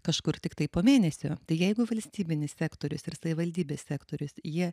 kažkur tiktai po mėnesio tai jeigu valstybinis sektorius ir savivaldybės sektorius jie